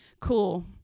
Cool